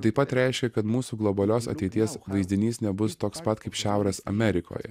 taip pat reiškia kad mūsų globalios ateities vaizdinys nebus toks pat kaip šiaurės amerikoje